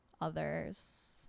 others